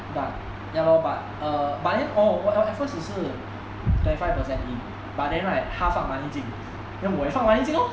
but ya lor but err but then all overall all at first 只是 twenty five percent in but then right 他放 money 进 then 我也放 money 进 lor